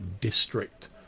district